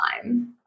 time